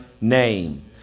name